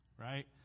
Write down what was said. right